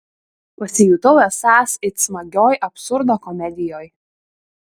pasijutau esąs it smagioj absurdo komedijoj